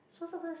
so sometimes